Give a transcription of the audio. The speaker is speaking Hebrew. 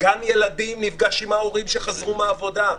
גם ילדים נפגשים עם ההורים שחזרו מהעבודה.